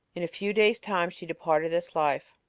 in a few days' time she departed this life.